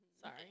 Sorry